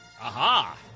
Aha